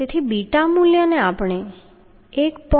તેથી બીટા મૂલ્યને આપણે 1